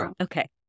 Okay